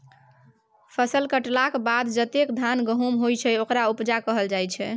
फसल कटलाक बाद जतेक धान गहुम होइ छै ओकरा उपजा कहल जाइ छै